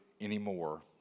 anymore